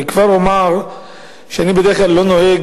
אני כבר אומר שבדרך כלל אני לא נוהג